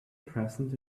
present